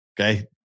Okay